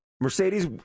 Mercedes